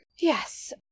yes